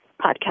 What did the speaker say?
podcast